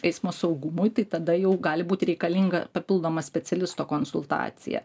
eismo saugumui tai tada jau gali būti reikalinga papildoma specialisto konsultacija